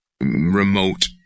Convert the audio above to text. remote